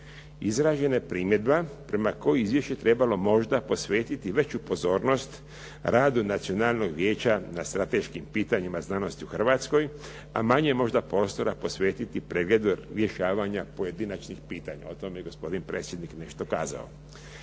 Izražena je primjedba prema kojoj je izvješće trebalo možda posvetiti veću pozornost radu Nacionalnog vijeća na strateškim pitanjima znanosti u Hrvatskoj, a manje možda prostora posvetiti pregledu rješavanja pojedinačnih pitanja. O tome je gospodin predsjednik nešto kazao.